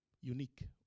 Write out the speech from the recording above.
unique